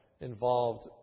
involved